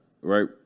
right